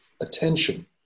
attention